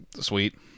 Sweet